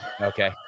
Okay